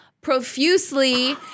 profusely